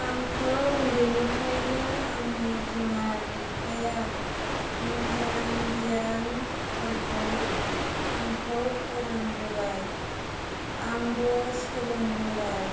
आंखौ उन्दैनिफ्रायनो आंनि बिमा बिफाया मोजां गियानफोरखौ आंखौ फोरोंबोबाय आंबो सोलोंबोबाय